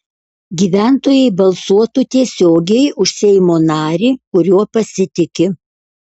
gyventojai balsuotų tiesiogiai už seimo narį kuriuo pasitiki